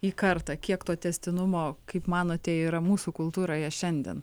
į kartą kiek to tęstinumo kaip manote yra mūsų kultūroje šiandien